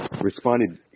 responded